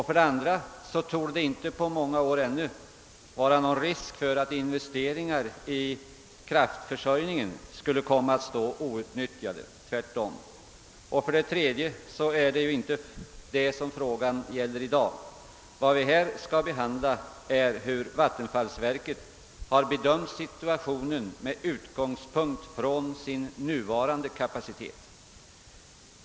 För det andra torde det inte på många år ännu vara någon risk för att investeringar i kraftförsörjningen skulle stå outnyttjade. För det tredje är det ju inte detta som frågan i dag gäller; vad vi nu skall behandla är hur vattenfallsverket bedömt situationen med utgångspunkt i sin nuvarande kapacitet.